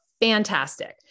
fantastic